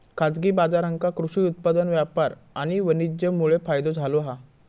खाजगी बाजारांका कृषि उत्पादन व्यापार आणि वाणीज्यमुळे फायदो झालो हा